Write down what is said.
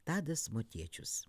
tadas motiečius